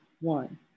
one